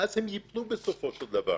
ואז הם ייפלו בסופו של דבר